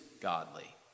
godly